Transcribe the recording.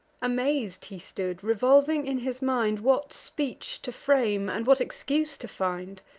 amaz'd he stood, revolving in his mind what speech to frame, and what excuse to find.